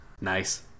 Nice